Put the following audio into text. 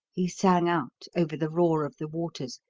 he sang out over the roar of the waters.